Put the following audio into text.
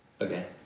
Okay